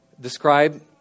describe